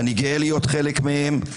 ואני גאה להיות חלק מהם.